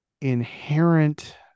inherent